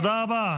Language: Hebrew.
תודה רבה.